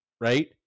right